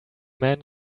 man